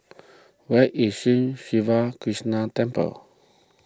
where is Sri Siva Krishna Temple